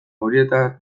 horietarik